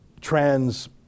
trans